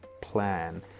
plan